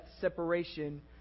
separation